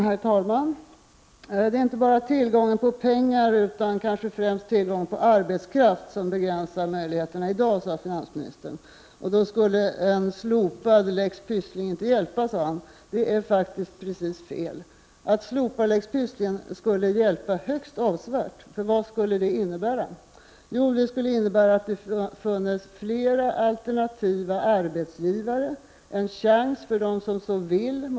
Herr talman! Det är inte bara tillgången på pengar utan kanske främst tillgången på arbetskraft som begränsar möjligheterna i dag, sade finansministern. Han sade vidare att ett slopande av lex Pysslingen inte skulle hjälpa i det läget. Detta är faktiskt helt fel. Ett slopande av lex Pysslingen skulle hjälpa högst avsevärt. Vad skulle det innebära? Jo, det skulle innebära att det skulle finnas flera alternativa arbetsgivare och en chans för dem som så vill att starta egna daghem.